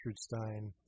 Stein